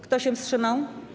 Kto się wstrzymał?